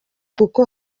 kuko